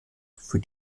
für